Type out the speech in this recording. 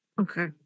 Okay